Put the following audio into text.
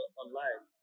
online